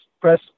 press